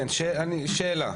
שאלה,